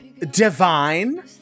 divine